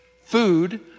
food